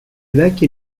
vecchie